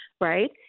right